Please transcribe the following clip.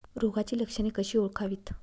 रोगाची लक्षणे कशी ओळखावीत?